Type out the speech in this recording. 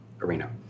arena